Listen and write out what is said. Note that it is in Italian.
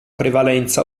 prevalenza